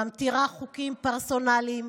ממטירה חוקים פרסונליים,